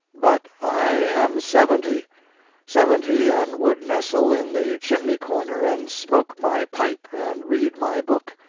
but i am seventy seventy, and would nestle in the chimney-corner, and smoke my pipe, and read my book,